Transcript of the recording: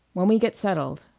when we get settled.